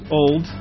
old